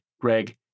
Greg